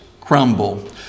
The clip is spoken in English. crumble